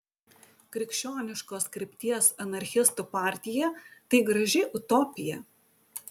krikščioniškos krypties anarchistų partija tai graži utopija